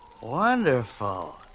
Wonderful